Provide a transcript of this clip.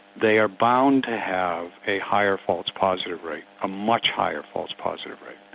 they are bound to have a higher false positive rate, a much higher false positive rate.